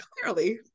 clearly